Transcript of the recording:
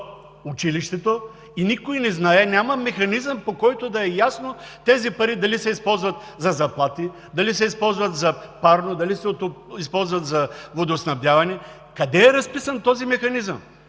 училището и никой не знае – няма механизъм, по който да е ясно тези пари дали се използват за заплати, дали се използват за парно, за водоснабдяване! Къде е разписан такъв механизъм?